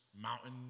mountain